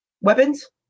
weapons